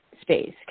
space